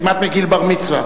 כמעט מגיל בר-מצווה.